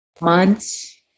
months